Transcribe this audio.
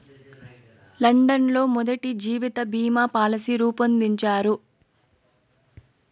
London లో మొదటి జీవిత బీమా పాలసీ రూపొందించారు